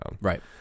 right